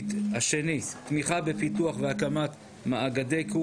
כי אני הייתי מצפה ש-ות"ת ומשרד החינוך יקיים איזה מתכונת של שיח קבוע